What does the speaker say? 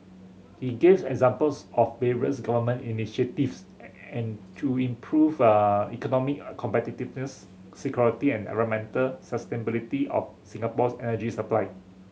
he gave examples of various Government initiatives and to improve economic competitiveness security and environmental sustainability of Singapore's energy supply